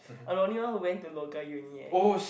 I'm the only one who went to local uni eh